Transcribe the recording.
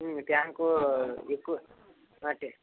tank ఎక్కువ అటే